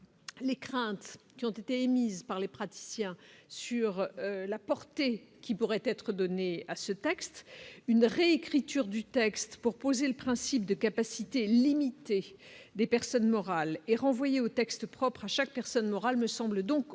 les craintes qui ont été émises par les praticiens sur la porte et qui pourraient être données à ce texte une réécriture du texte pour poser le principe de capacité limitée des personnes morales et renvoyer au texte, propre à chaque personne morale me semble donc